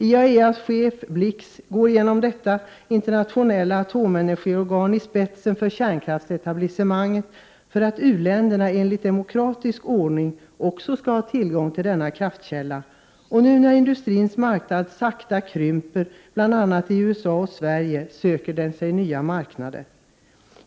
IAEA:s chef, Blix, går genom detta internationella atomenergiorgan i spetsen för kärnkraftsetablissemanget för att u-länderna enligt demokratisk ordning också skall ha tillgång till denna kraftkälla, och nu när industrins marknad sakta krymper, bl.a. i USA och i Sverige, söker den sig nya marknader.